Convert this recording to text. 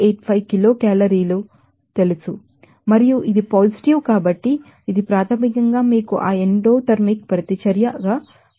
85 kilo కేలరీలు తెలుసు మరియు ఇది పాజిటివ్ కాబట్టి ఇది ప్రాథమికంగా మీకు ఆ ఎండోథెర్మిక్ ప్రతిచర్య తెలుసు